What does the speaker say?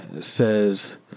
says